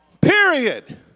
Period